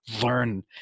learn